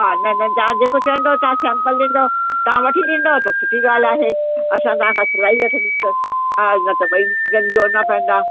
हा न न तव्हां जेको चवंदव तव्हां सैंपल ॾींदव तव्हां वठी ॾींदव त सुठी ॻाल्हि आहे असां तव्हां खां सिलाई वठंदसि हा न त ॿई जोड़णा पवंदा